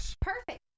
perfect